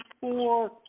Four